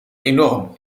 enorm